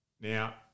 Now